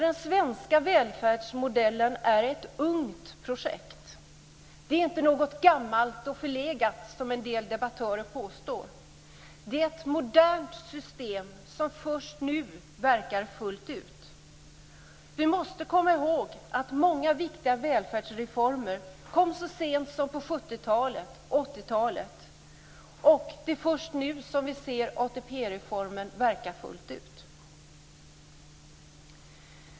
Den svenska välfärdsmodellen är således ett ungt projekt - inte någonting som är gammalt och förlegat, som en del debattörer påstår. Det handlar om ett modernt system som först nu verkar fullt ut. Vi måste komma ihåg att många viktiga välfärdsreformer kom så sent som på 70-talet och 80-talet. Det är först nu som vi ser ATP-reformen verka fullt ut.